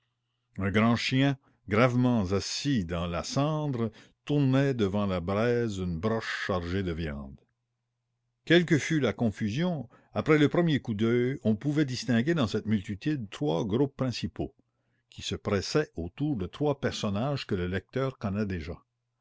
un grand chien gravement assis dans la cendre tournait devant la braise une broche chargée de viandes quelle que fût la confusion après le premier coup d'oeil on pouvait distinguer dans cette multitude trois groupes principaux qui se pressaient autour de trois personnages que le lecteur connaît déjà